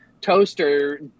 toaster